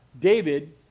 David